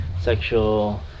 sexual